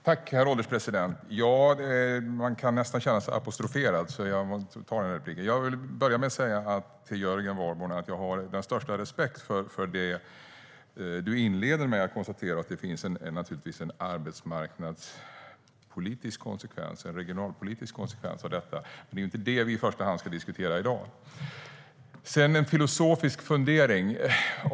Herr ålderspresident! Jag kände mig nästan apostroferad, så jag tar repliken. Jag vill börja med att säga till Jörgen Warborn att jag har den största respekt för det du inleder med att konstatera. Det finns naturligtvis en arbetsmarknadspolitisk och en regionalpolitisk konsekvens av detta. Men det är inte det vi i första hand ska diskutera i dag. Sedan har jag en filosofisk fundering.